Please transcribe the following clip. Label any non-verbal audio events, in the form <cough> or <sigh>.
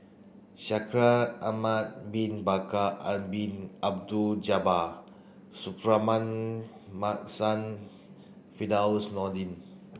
Shaikh Ahmad bin Bakar <unintelligible> Bin Abdullah Jabbar Suratman Markasan Firdaus Nordin